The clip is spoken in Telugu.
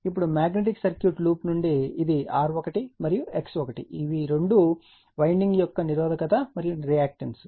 ఇప్పుడు మాగ్నెటిక్ సర్క్యూట్ లూప్ నుండి ఇది R1 మరియు X1 ఇవి రెండూ వైండింగ్ యొక్క నిరోధకత మరియు రియాక్టన్స్